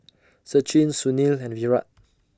Sachin Sunil and Virat